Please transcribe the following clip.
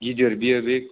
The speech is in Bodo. गिदिर बेयो बे